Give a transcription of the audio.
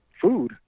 food